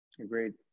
Agreed